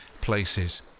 places